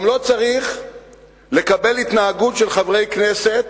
גם לא צריך לקבל התנהגות של חברי כנסת